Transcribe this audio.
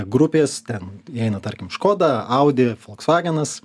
grupės ten įeina tarkim škoda audi folksvagenas